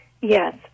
Yes